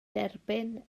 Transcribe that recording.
derbyn